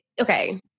okay